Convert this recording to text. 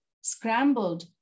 scrambled